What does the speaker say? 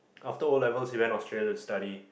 after O-levels he went Australia to study